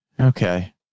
Okay